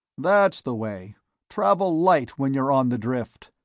that's the way travel light when you're on the drift,